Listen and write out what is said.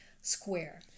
square